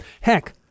heck